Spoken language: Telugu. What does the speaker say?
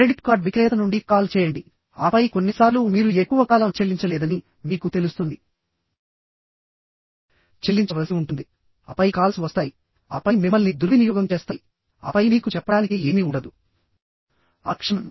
క్రెడిట్ కార్డ్ విక్రేత నుండి కాల్ చేయండి ఆపై కొన్నిసార్లు మీరు ఎక్కువ కాలం చెల్లించలేదని మీకు తెలుస్తుంది చెల్లించవలసి ఉంటుంది ఆపై కాల్స్ వస్తాయి ఆపై మిమ్మల్ని దుర్వినియోగం చేస్తాయి ఆపై మీకు చెప్పడానికి ఏమీ ఉండదు ఆ క్షణం